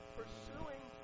pursuing